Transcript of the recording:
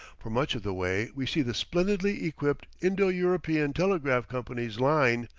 for much of the way we see the splendidly equipped indo-european telegraph company's line,